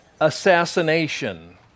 Assassination